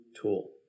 tool